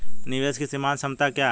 निवेश की सीमांत क्षमता क्या है?